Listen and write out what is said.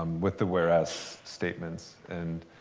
um with the whereas statements, and,